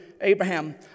Abraham